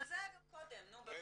אבל זה היה גם קודם, נו באמת.